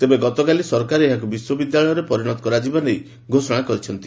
ତେବେ ଗତକାଲି ସରକାର ଏହାକୁ ବିଶ୍ୱବିଦ୍ୟାଳୟରେ ପରିଶତ କରାଯିବା ନେଇ ଘୋଷଣା କରିଛନ୍ତି